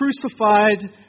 crucified